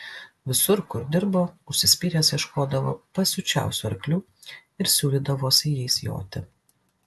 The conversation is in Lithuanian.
visur kur dirbo užsispyręs ieškodavo pasiučiausių arklių ir siūlydavosi jais joti